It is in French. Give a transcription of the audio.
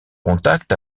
contact